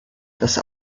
das